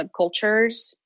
subcultures